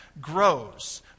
grows